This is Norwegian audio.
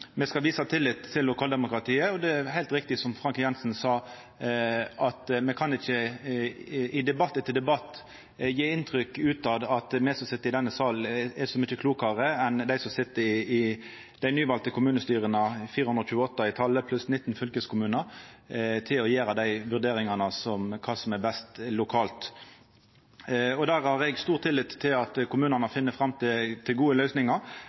visa tillit til lokaldemokratiet. Det er heilt riktig som Frank J. Jenssen sa, at me kan ikkje i debatt etter debatt gje inntrykk av at me som sit i denne salen, er så mykje klokare enn dei som sit i dei nyvalde kommunestyra – 428 i talet pluss 19 fylkeskommunar – til å gjera dei vurderingane av kva som er best lokalt. Eg har stor tillit til at kommunane finn fram til gode løysingar.